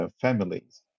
families